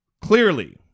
Clearly